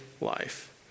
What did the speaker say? life